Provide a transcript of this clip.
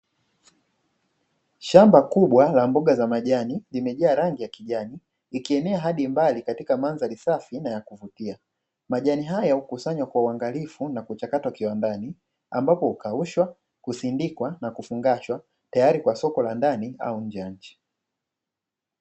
Shamba kubwa la mboga za majani limejaa rangi ya kijani ikienea hadi mbali katika mandhari safi na ya kuvutia, majani haya hukusanywa kwa uangalifu na kuchakatwa kiwandani ambapo hukaushwa, kusindikwa na kufungashwa tayari kwa soko la ndani au nje ya nchi.